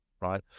right